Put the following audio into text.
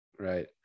right